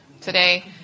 today